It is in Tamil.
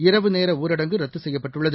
இரவுநேரஊரடங்கு ரத்துசெய்யப்பட்டுள்ளது